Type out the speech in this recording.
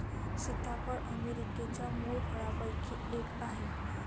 सीताफळ अमेरिकेच्या मूळ फळांपैकी एक आहे